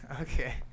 Okay